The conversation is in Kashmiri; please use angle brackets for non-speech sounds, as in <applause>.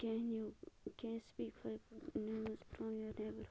can you can speak five names from your <unintelligible>